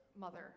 mother